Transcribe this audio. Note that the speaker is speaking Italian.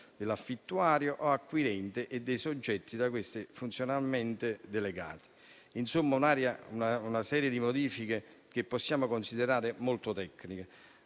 dell'affittuario o acquirente e dei soggetti da questi funzionalmente delegati. Insomma, si tratta di una serie di modifiche che possiamo considerare molto tecniche,